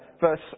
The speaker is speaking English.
verse